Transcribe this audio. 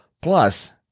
Plus